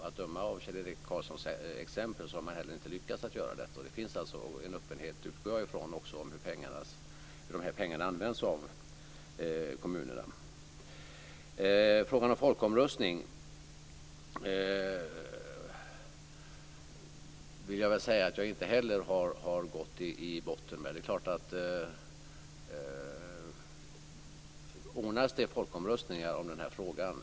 Att döma av Kjell-Erik Karlssons exempel har man heller inte lyckats göra detta. Jag utgår alltså från att det finns en öppenhet när det gäller hur de här pengarna används av kommunerna. Jag har inte heller gått till botten med frågan om folkomröstning. Det är klart att pengar måste tas fram för att användas om det ordnas folkomröstningar i den här frågan.